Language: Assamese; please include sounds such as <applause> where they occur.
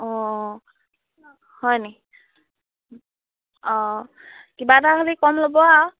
অঁ হয়নি অঁ কিবা এটা <unintelligible> কম ল'ব আৰু